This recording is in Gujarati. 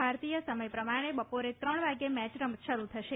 ભારતીય સમય પ્રમાણે બપોરે ત્રણ વાગ્યે રમત શરૂ થશે